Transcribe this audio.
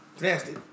Nasty